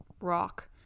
rock